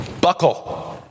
Buckle